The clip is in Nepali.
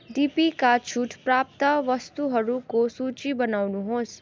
डिपीका छुट प्राप्त वस्तुहरूको सूची बनाउनुहोस्